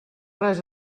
res